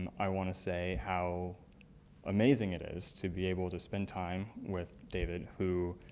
i want to say how amazing it is to be able to spend time with david, who,